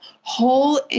whole